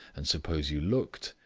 and suppose you looked,